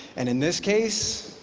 and in this case,